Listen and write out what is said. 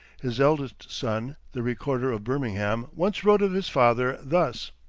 his eldest son, the recorder of birmingham, once wrote of his father thus